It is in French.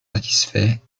satisfait